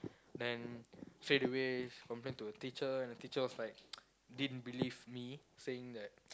then straightaway complain to the teacher and the teacher was like didn't believe me saying that